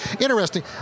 interesting